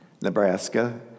Nebraska